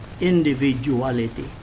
individuality